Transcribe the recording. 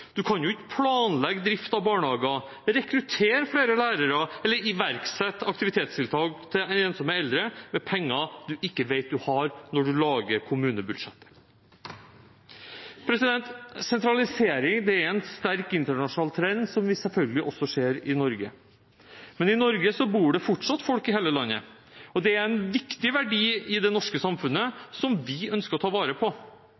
ikke planlegge drift av barnehager, rekruttere flere lærere eller iverksette aktivitetstiltak for ensomme eldre med penger man ikke vet at man har, når man lager kommunebudsjettet. Sentralisering er en sterk internasjonal trend som vi selvfølgelig også ser i Norge. Men i Norge bor det fortsatt folk i hele landet. Det er en viktig verdi i det norske samfunnet som vi ønsker å ta vare på.